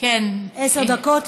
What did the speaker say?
הזאת?